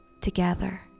together